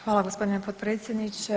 Hvala gospodine potpredsjedniče.